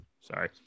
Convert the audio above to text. sorry